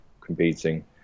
competing